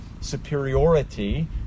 superiority